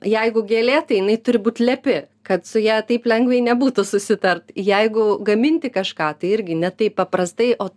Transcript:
jeigu gėlė tai jinai turi būt lepi kad su ja taip lengvai nebūtų susitart jeigu gaminti kažką tai irgi ne taip paprastai o